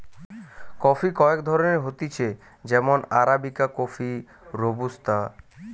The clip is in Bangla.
কফি কয়েক ধরণের হতিছে যেমন আরাবিকা কফি, রোবুস্তা